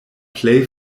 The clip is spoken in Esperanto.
plej